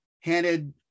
handed